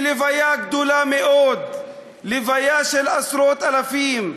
והלוויה גדולה מאוד, הלוויה של עשרות-אלפים.